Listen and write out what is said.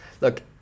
Look